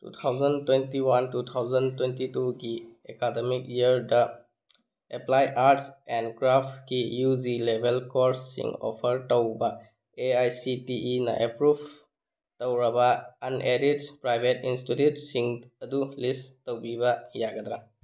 two thousand twenty one two thousand twenty ꯇꯨꯒꯤ academic ꯏꯌꯥꯔꯗ applied arts and ꯀ꯭ꯔꯥꯐꯀꯤ U G ꯂꯦꯕꯦꯜ ꯀꯣꯔꯁꯁꯤꯡ ꯑꯣꯐꯔ ꯇꯧꯕ ꯑꯦꯑꯥꯏꯁꯤꯇꯤꯏꯅ ꯑꯦꯄ꯭ꯔꯨꯞ ꯇꯧꯔꯕ ꯑꯟꯑꯦꯗꯦꯠꯁ ꯄ꯭ꯔꯥꯏꯚꯦꯠ ꯏꯟꯁꯇꯤꯇ꯭ꯌꯨꯠꯁꯤꯡ ꯑꯗꯨ ꯂꯤꯁ ꯇꯧꯕꯤꯕ ꯌꯥꯒꯗ꯭ꯔꯥ